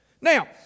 Now